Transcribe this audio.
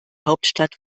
hauptstadt